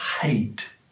hate